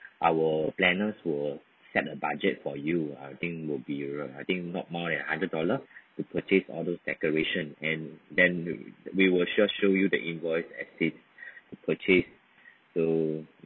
our planners will set a budget for you I think will be around I think not more than hundred dollar the purchase order decoration and then we will just show you the invoice as state purchase so